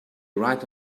right